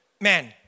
man